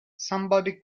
somebody